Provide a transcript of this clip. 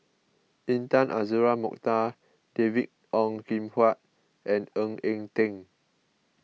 Intan Azura Mokhtar David Ong Kim Huat and Ng Eng Teng